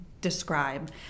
describe